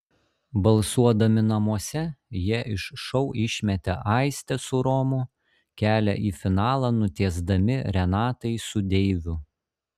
balsuodami namuose jie iš šou išmetė aistę su romu kelią į finalą nutiesdami renatai su deiviu